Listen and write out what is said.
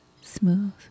smooth